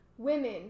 women